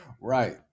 Right